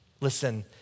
Listen